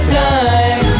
time